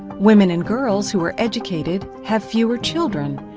women and girls who are educated, have fewer children,